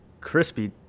crispy